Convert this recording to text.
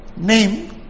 name